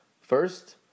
First